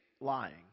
lying